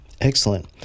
Excellent